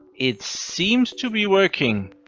it seems to be working.